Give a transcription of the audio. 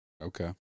okay